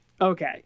okay